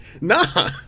nah